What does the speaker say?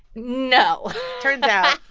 no turns out.